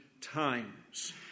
times